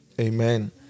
Amen